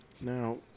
Now